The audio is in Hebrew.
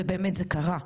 ובאמת זה קרה,